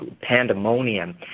pandemonium